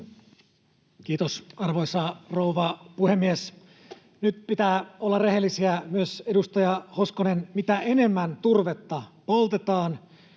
Kiitos, arvoisa rouva puhemies! Nyt pitää olla rehellisiä, myös edustaja Hoskosen. Mitä enemmän turvetta poltetaan,